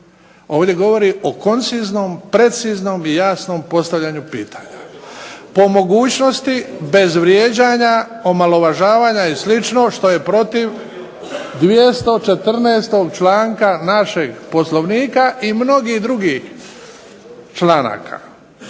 Ovdje govori o konciznom, preciznom i jasnom postavljanju pitanja. Po mogućnosti bez vrijeđanja, omalovažavanja, i slično što je protiv 214. članka našeg Poslovnika i mnogih drugih članaka.